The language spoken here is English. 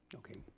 okay.